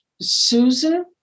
Susan